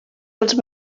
els